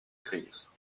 grises